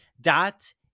dot